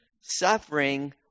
suffering